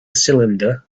cylinder